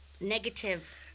negative